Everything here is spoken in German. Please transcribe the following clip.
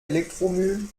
elektromüll